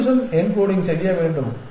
solution encoding செய்ய வேண்டும்